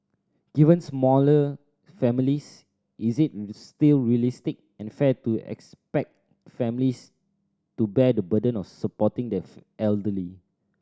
given smaller families is it still realistic and fair to expect families to bear the burden of supporting the elderly